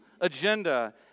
agenda